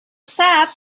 step